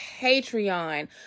patreon